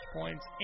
Points